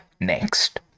next